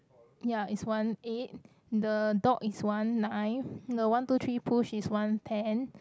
ya it's one eight the dog is one nine the one two three push is one ten